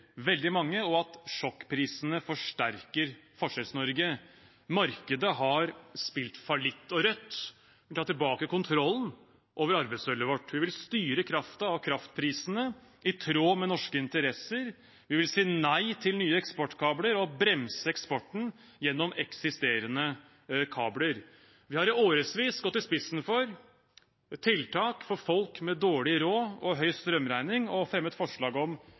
sjokkprisene forsterker Forskjells-Norge. Markedet har spilt fallitt, og Rødt vil ta tilbake kontrollen over arvesølvet vårt. Vi vil styre kraften og kraftprisene i tråd med norske interesser, vi vil si nei til nye eksportkabler og bremse eksporten gjennom eksisterende kabler. Vi har i årevis gått i spissen for tiltak for folk med dårlig råd og høy strømregning og fremmet forslag om